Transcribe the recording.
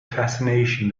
fascination